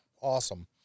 awesome